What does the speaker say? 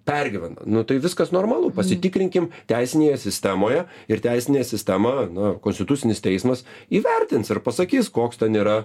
pergyvena nu tai viskas normalu pasitikrinkim teisinėje sistemoje ir teisinė sistema na konstitucinis teismas įvertins ir pasakys koks ten yra